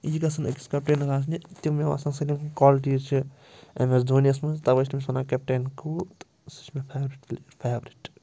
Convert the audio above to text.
یہِ گژھن أکِس کپٹینَس آسنہِ تِمےَ آسان سٲلِم کالٹیٖز چھِ اٮ۪م اٮ۪س دونِیَس منٛز تَوَے چھِ تٔمِس وَنان کیپٹین کول تہٕ سُہ چھُ مےٚ فٮ۪ورِٹ پٕلیر فٮ۪ورِٹ